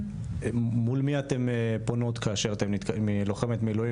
מול מי אתן פונות כאשר לוחמת מילואים